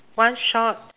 one short